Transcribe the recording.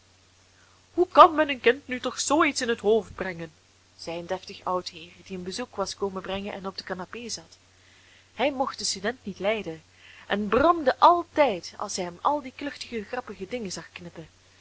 hoe kan men een kind nu toch zoo iets in het hoofd brengen zei een deftig oud heer die een bezoek was komen brengen en op de canapé zat hij mocht den student niet lijden en bromde altijd als hij hem al die kluchtige grappige dingen zag knippen